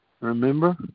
Remember